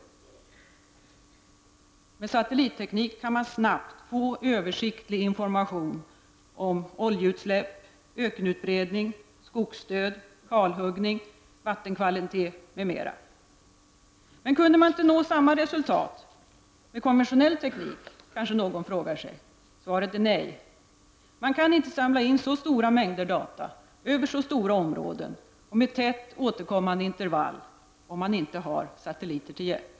Med satellitteknik kan översiktlig information snabbt erhållas om exempelvis oljeutsläpp, ökenutbredning, skogsdöd och kalhuggning, vattenkvalitet m.m. Kunde man nu inte nå samma resultat med konventionell teknik? frågar sig kanske någon. Svaret är nej. Man kan inte samla in så stora mängder data över så stora områden och med tätt återkommande intervall om man inte har satelliter till hjälp.